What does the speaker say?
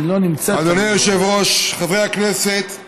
אדוני היושב-ראש, חברי הכנסת,